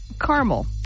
caramel